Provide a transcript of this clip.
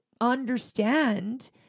understand